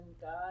God